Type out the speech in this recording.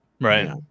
Right